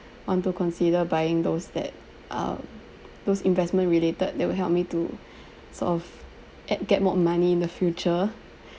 want to consider buying those that uh those investment related that will help me to sort of add get more money in the future